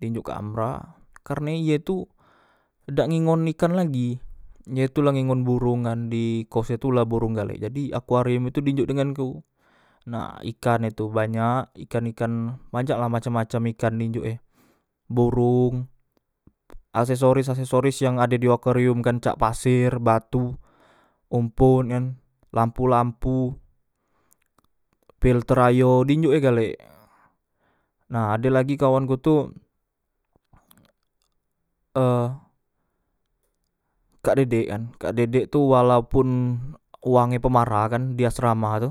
Dinjok kak amra karne ye tu dak ngingon ikan lagi ye tu la ngingon borong kan di kos e tu la borong galek jadi akuarium e tu di njuk dengan ku nah ikan e tu banyak ikan ikan bancak lah macam ikan dinjok e borong asesoris asesoris yang ade di akuarium kan cak paser batu ompot kan lampu lampu pilter ayo dinjok e galek nah ade lagi kawanku tu e kak dede kan kak dede tu walaupun wang e pemarah kan di asrama tu